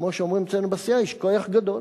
כמו שאומרים אצלנו בסיעה, "יישר כוח גדול".